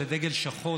זה דגל שחור,